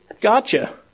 gotcha